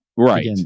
Right